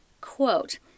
Quote